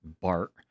Bart